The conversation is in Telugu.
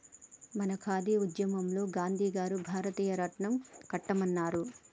మన ఖాదీ ఉద్యమంలో గాంధీ గారు భారతీయ రాట్నం కట్టమన్నారు